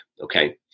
Okay